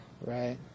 Right